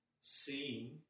seeing